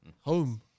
Home